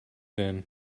then